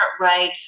right